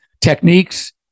techniques